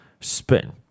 spin